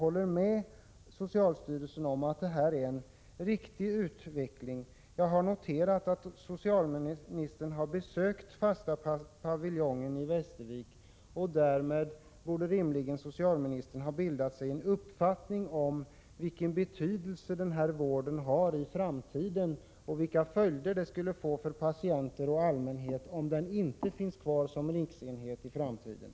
Håller man i regeringen med socialstyrelsen om att detta är en riktig utveckling? Jag har noterat att socialministern har besökt den fasta paviljongen i Västervik. Därmed borde rimligen socialministern ha bildat sig en uppfattning om vilken betydelse denna vård har och vilka följder det skulle få för patienter och allmänhet om paviljongen inte skulle finnas kvar som riksenhet i framtiden.